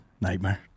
nightmare